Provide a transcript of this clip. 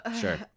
Sure